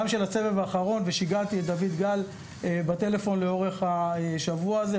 גם של הסבב האחרון ושיגעתי את דויד גל בטלפון לאורך השבוע הזה,